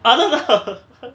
அதா தா:atha tha